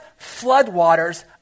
floodwaters